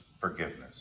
forgiveness